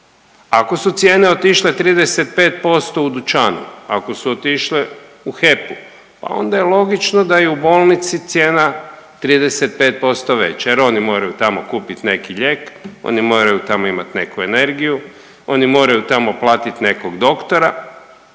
Ako su cijene otišle 35% u dućanu, ako su otišle u HEP-u, pa onda je logično da je i u bolnici cijena 35% veća jer oni moraju tamo kupiti neki lijek, oni moraju tamo imat neku energiju, oni moraju tamo platiti nekog doktora